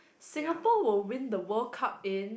Singapore will win the World Cup in